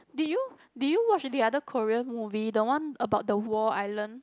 did you did you watch the other Korean movie the one about the war island